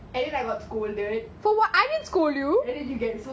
and then I got scolded and then you get so